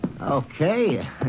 Okay